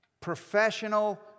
professional